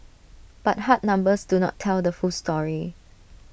but hard numbers do not tell the full story